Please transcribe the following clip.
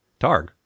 Targ